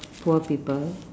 poor people